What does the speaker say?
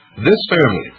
this family,